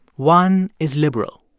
one is liberal,